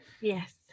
yes